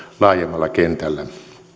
laajemmalla kentällä